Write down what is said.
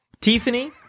Tiffany